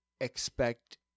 expect